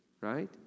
right